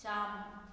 Shyam